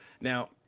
Now